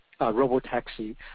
robotaxi